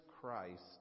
Christ